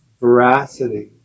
veracity